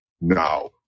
Now